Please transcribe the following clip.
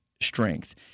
Strength